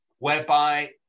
whereby